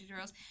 tutorials